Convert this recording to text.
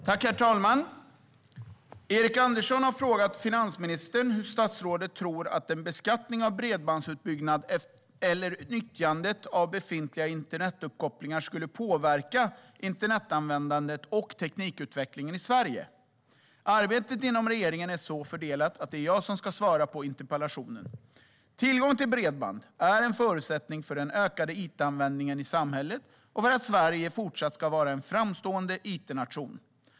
Herr talman! Erik Andersson har frågat finansministern hur statsrådet tror att en beskattning av bredbandsutbyggnad eller nyttjande av befintliga internetuppkopplingar skulle påverka internetanvändandet och teknikutvecklingen i Sverige. Arbetet inom regeringen är så fördelat att det är jag som ska svara på interpellationen. Tillgång till bredband är en förutsättning för den ökade it-användningen i samhället och för att Sverige fortsatt ska vara en framstående it-nation.